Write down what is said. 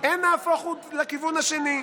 אין נהפוך הוא לכיוון השני,